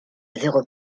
zéro